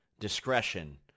Discretion